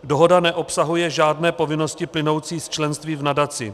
Dohoda neobsahuje žádné povinnosti, plynoucí z členství v nadaci.